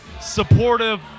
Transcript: supportive